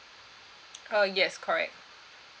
uh yes correct